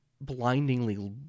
blindingly